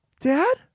Dad